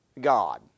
God